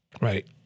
Right